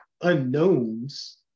unknowns